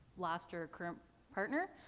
last or or current partner.